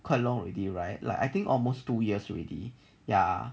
quite long already right like I think almost two years already ya